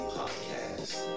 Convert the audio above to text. podcast